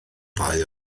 ddau